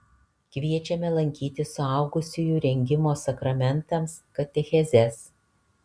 kviečiame lankyti suaugusiųjų rengimo sakramentams katechezes